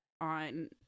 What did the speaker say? on